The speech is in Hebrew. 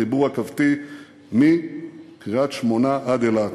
חיבור רכבתי מקריית-שמונה עד אילת.